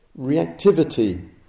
reactivity